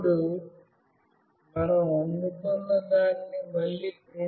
ఇప్పుడు మనం అందుకున్నదానిని మళ్ళీ ప్రింట్ చేస్తున్నాము